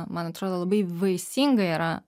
man atrodo labai vaisinga yra